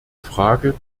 frage